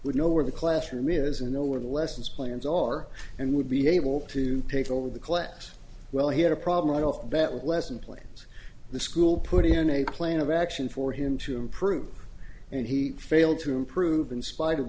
would know where the classroom is and know where the lessons plans are and would be able to take over the class well he had a problem right off the bat lesson plans the school put in a plan of action for him to improve and he failed to improve in spite of